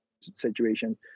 situations